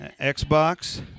Xbox